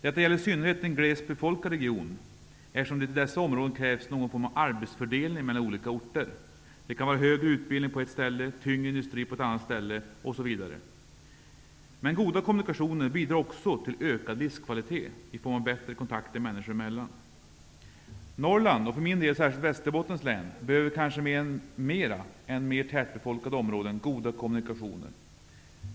Detta gäller i synnerhet i glest befolkade regioner, eftersom det i dessa områden krävs någon form av arbetsfördelning mellan olika orter. Det kan vara högre utbildning på ett ställe, tyngre industri på ett annat ställe osv. Men goda kommunikationer bidrar också till ökad livskvalitet i form av bättre kontakter människor emellan. Norrland, och för min del särskilt Västerbottens län, behöver kanske mera än mer tätbefolkade områden goda kommunikationer.